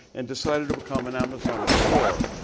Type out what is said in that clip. and decided to become an amazon explorer.